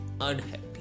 unhappy